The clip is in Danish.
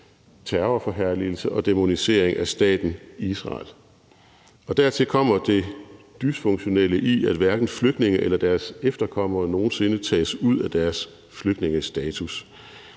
terrorforherligelse og dæmonisering af staten Israel. Dertil kommer det dysfunktionelle i, at hverken flygtninge eller deres efterkommere nogen sinde tages ud af deres flygtningestatus,